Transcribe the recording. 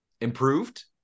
improved